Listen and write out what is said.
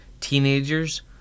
Teenagers